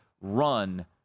run